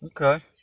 Okay